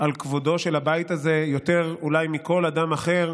על כבודו של הבית הזה אולי יותר מכל אדם אחר,